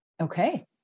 Okay